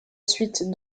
suite